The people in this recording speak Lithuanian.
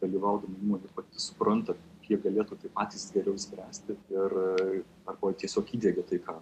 dalyvaudama įmonė pati supranta jie galėtų tai patys geriau išspręsti ir arba tiesiog įdiegia tai ką